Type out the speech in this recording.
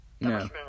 No